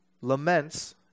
Laments